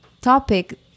topic